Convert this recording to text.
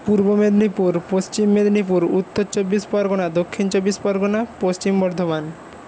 পূর্ব মেদিনীপুর পশ্চিম মেদিনীপুর উত্তর চব্বিশ পরগনা দক্ষিণ চব্বিশ পরগনা পশ্চিম বর্ধমান